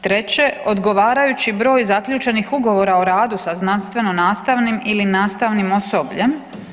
Treće, odgovarajući broj zaključenih Ugovora o radu sa znanstveno nastavnim ili nastavnim osobljem.